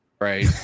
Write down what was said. Right